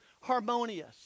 harmonious